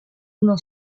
uno